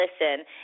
listen